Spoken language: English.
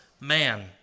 man